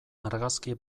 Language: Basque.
argazki